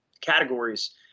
categories